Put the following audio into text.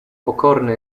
pokorny